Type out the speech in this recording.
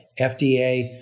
FDA